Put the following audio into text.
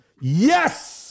Yes